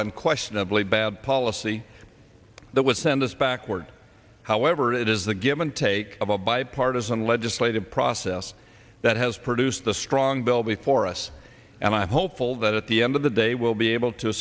unquestionably bad policy that would send us backward however it is the give and take of a bipartisan legislative process that has produced the strong bill before us and i'm hopeful that at the end of the day we'll be able to